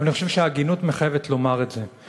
אבל אני חושב שההגינות מחייבת לומר את זה.